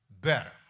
better